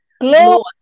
glow